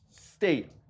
state